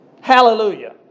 Hallelujah